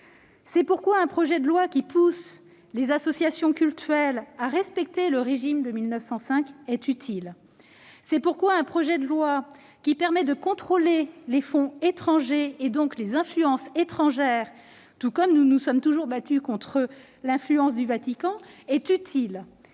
C'est pourquoi un projet de loi qui tend à inciter les associations cultuelles à respecter le régime de 1905 est utile. C'est pourquoi un projet de loi qui permet de contrôler les fonds étrangers, et donc les influences étrangères, pour nous qui nous sommes toujours battus contre l'influence du Vatican, est utile.